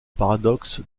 paradoxe